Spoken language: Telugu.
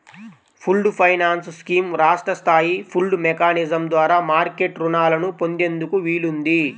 పూల్డ్ ఫైనాన్స్ స్కీమ్ రాష్ట్ర స్థాయి పూల్డ్ మెకానిజం ద్వారా మార్కెట్ రుణాలను పొందేందుకు వీలుంది